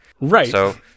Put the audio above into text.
Right